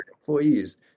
employees